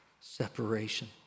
separation